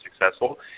successful